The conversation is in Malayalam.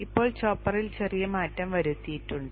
ഇപ്പോൾ ചോപ്പറിൽ ചെറിയ മാറ്റം വരുത്തിയിട്ടുണ്ട്